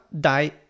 die